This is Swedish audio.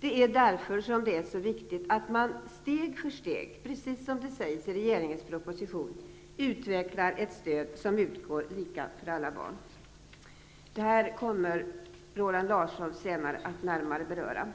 Det är därför som det är så viktigt att steg för steg, precis som det sägs i regeringens proposition, utveckla ett stöd som utgår lika för alla barn. Det här kommer Roland Larsson senare att närmare beröra.